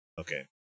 Okay